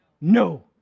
No